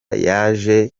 yaje